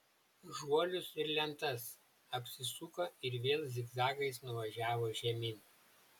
žuolius ir lentas apsisuko ir vėl zigzagais nuvažiavo žemyn